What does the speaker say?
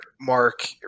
mark